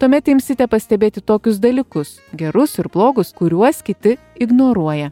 tuomet imsite pastebėti tokius dalykus gerus ir blogus kuriuos kiti ignoruoja